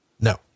No